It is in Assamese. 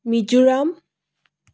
মিজোৰাম